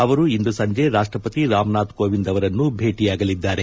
ಅವರು ಇಂದು ಸಂಜೆ ರಾಷ್ಷಪತಿ ರಾಮನಾಥ್ ಕೋವಿಂದ್ ಅವರನ್ನು ಭೇಟಿಯಾಗಲಿದ್ದಾರೆ